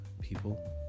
people